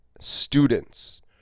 students